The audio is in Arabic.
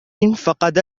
فقد